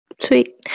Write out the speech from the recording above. Sweet